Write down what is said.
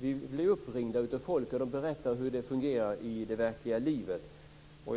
blir vi uppringda av människor som berättar hur det fungerar i det verkliga livet.